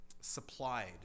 supplied